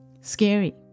scary